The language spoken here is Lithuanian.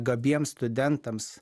gabiems studentams